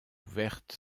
ouverte